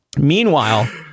Meanwhile